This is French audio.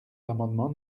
l’amendement